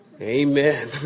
Amen